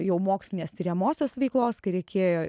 jau mokslinės tiriamosios veiklos kai reikėjo